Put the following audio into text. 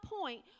point